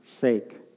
sake